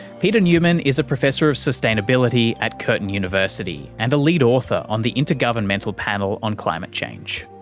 peter newman is a professor of sustainability at curtin university and a lead author on the intergovernmental panel on climate change.